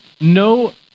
no